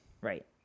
Right